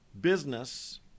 business